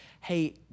hey